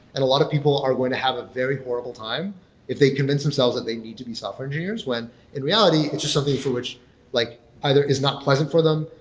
and a lot of people are going to have a very horrible time if they convince themselves that they need to be software engineers. when in reality, it's just something for which like either is not pleasant for them.